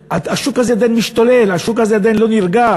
השוק הזה עדיין משתולל, השוק הזה עדיין לא נרגע.